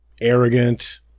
arrogant